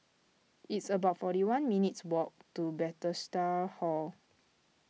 it's about forty one minutes' walk to Bethesda Hall